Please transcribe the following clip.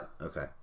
Okay